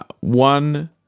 one